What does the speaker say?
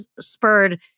spurred